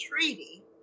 treaty